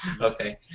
Okay